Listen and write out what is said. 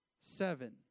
seven